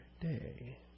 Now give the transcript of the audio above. day